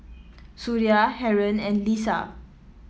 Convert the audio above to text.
Suria Haron and Lisa